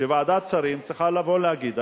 שוועדת שרים צריכה לבוא להגיד,